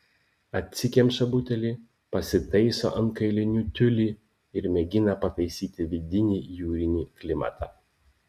atsikemša butelį pasitaiso ant kailinių tiulį ir mėgina pataisyti vidinį jūrinį klimatą